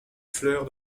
fleur